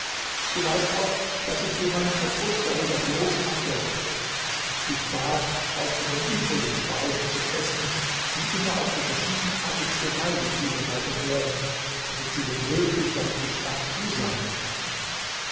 du weißt auch daß ich dir meinen verdruß darüber bloß andeutete und dich bat auch von den übrigen speisen zu essen dir immer auf die verschiedenartigste weise zubereitet werden damit sie womöglich deinem geschmack zusagen möchten